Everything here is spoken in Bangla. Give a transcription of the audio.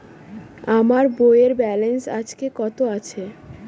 আমার বইয়ের ব্যালেন্স আজকে কত আছে?